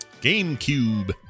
GameCube